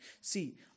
See